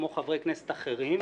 כמו חברי כנסת אחרים,